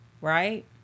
right